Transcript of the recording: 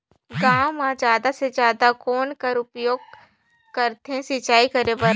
गांव म जादा से जादा कौन कर उपयोग करथे सिंचाई करे बर?